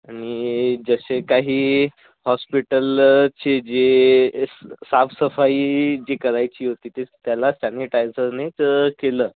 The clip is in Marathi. आणि जसे काही हॉस्पिटलचे जे साफसफाई जी करायची होती ती त्याला सॅनिटायझरनीच केलं